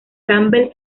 campbell